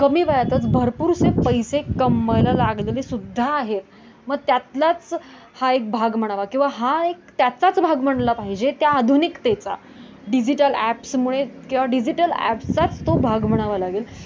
कमी वयातच भरपूरसे पैसे कमवायला लागलेलेसुद्धा आहेत म त्यातलाच हा एक भाग म्हणावा किंवा हा एक त्याचाच भाग म्हणला पाहिजे त्या आधुनिकतेचा डिजिटल ॲप्समुळे किंवा डिजिटल ॲप्सचाच तो भाग म्हणावा लागेल